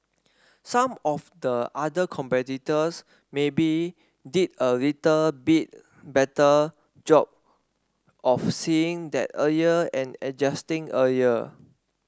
some of the other competitors maybe did a little bit better job of seeing that earlier and adjusting earlier